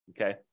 okay